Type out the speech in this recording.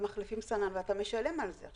ומחליפים סנן ואתה משלם על זה.